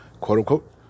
quote-unquote